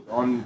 on